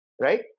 Right